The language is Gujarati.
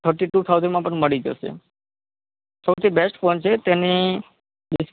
થર્ટી ટુ થાઉંઝન્ડમાં પણ મળી જશે સૌથી બેસ્ટ ફોન છે તેની ડીસ